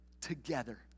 together